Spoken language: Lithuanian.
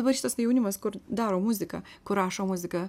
dabar šitas kai jaunimas kur daro muziką kur rašo muziką